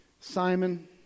Simon